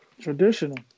Traditional